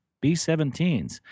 B-17s